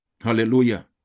Hallelujah